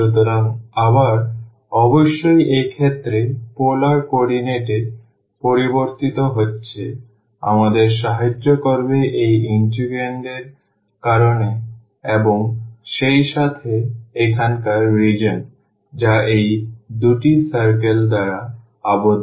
সুতরাং আবার অবশ্যই এই ক্ষেত্রে পোলার কোঅর্ডিনেট এ পরিবর্তিত হচ্ছে আমাদের সাহায্য করবে এই ইন্টিগ্রান্ড এর কারণে এবং সেইসাথে এখানকার রিজিওন যা এই দুটি circle দ্বারা আবদ্ধ